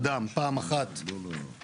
אני אקצר ולא אחזור על כל מה שאלי אמר.